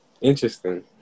Interesting